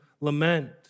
lament